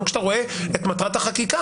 גם כשאתה רואה את מטרת החקיקה.